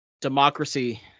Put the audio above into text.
Democracy